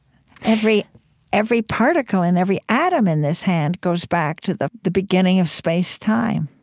every every particle and every atom in this hand goes back to the the beginning of space-time.